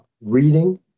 reading